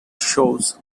shows